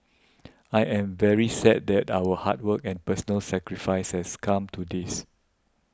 I am very sad that our hard work and personal sacrifices come to this